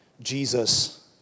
Jesus